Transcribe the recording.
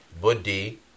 Buddhi